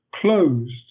closed